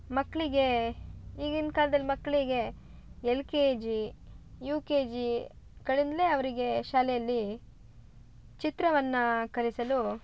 ಮಕ್ಕಳಿಗೇ ಈಗಿನ ಕಾಲ್ದಲ್ಲಿ ಮಕ್ಕಳಿಗೇ L K G U K G ಗಳಿಂದಲೇ ಅವರಿಗೇ ಶಾಲೆಯಲ್ಲಿ ಚಿತ್ರವನ್ನು ಕಲಿಸಲು